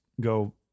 go